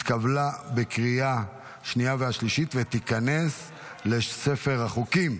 התקבלה בקריאה השנייה והשלישית ותיכנס לספר החוקים.